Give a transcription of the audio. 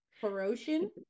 Corrosion